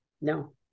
No